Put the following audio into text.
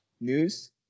news